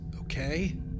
okay